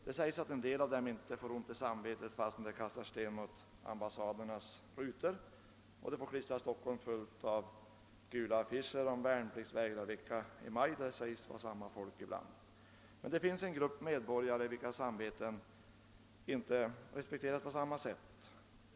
Det sägs att en del av dem inte får samvetsbetänkligheter fastän de kastar sten mot ambassaders fönsterrutor. De får överallt i Stockholm klistra upp gula affischer om värnpliktvägrarveckan i maj. Det lär nämligen ibland vara just sådana personer som gör detta. Det finns dock en grupp medborgare, vilkas samvete inte respekteras på samma sätt.